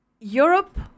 Europe